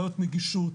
בעיות נגישות,